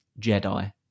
Jedi